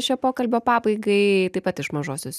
šio pokalbio pabaigai taip pat iš mažosios